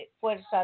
fuerza